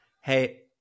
Hey